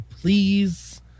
please